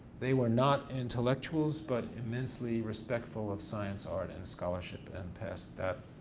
they were not intellectuals but immensely respectful of science, art, and scholarship and passed that,